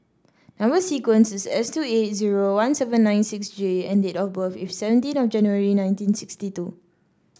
number sequence is S two eight zero one seven nine six J and date of birth is seventeen of January nineteen sixty two